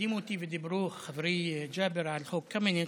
הקדים אותי ודיבר חברי ג'אבר על חוק קמיניץ.